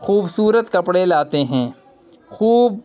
خوبصورت کپڑے لاتے ہیں خوب